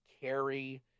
carry